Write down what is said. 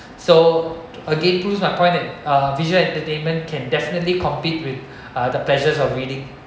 so again proves my point that uh visual entertainment can definitely compete with uh the pleasures of reading